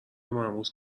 مرموز